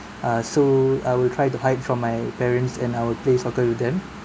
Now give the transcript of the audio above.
uh so I will try to hide from my parents and I will play soccer with them